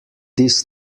this